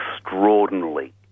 extraordinarily